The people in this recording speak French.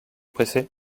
pressé